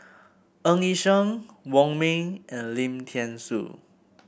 Ng Yi Sheng Wong Ming and Lim Thean Soo